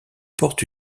porte